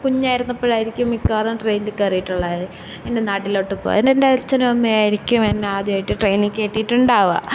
കുഞ്ഞായിരുന്നപ്പോഴായിരിക്കും മിക്കവാറും ട്രെയിനില് കയറിയിട്ടുള്ളത് എൻ്റെ നാട്ടിലോട്ട് പോവാൻ അന്ന് എൻ്റെ അച്ഛനും അമ്മയും ആയിരിക്കും എന്നെ ആദ്യമായിട്ട് ട്രെയിനിൽ കയറ്റിയിട്ടുണ്ടാവുക